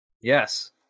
Yes